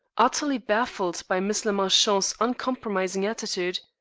utterly baffled by miss le marchant's uncompromising attitude.